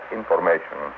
information